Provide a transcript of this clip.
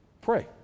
Pray